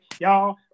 y'all